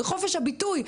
וחופש הביטוי,